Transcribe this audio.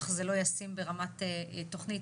אך זה לא ישים ברמת תוכנית,